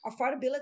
affordability